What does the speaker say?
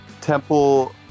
Temple